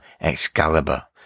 Excalibur